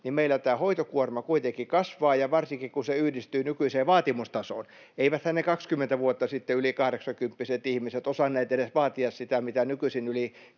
että meillä tämä hoitokuorma kuitenkin kasvaa, varsinkin kun se yhdistyy nykyiseen vaatimustasoon. Eiväthän ne yli kahdeksankymppiset ihmiset 20 vuotta sitten osanneet edes vaatia sitä, mitä nykyisin yli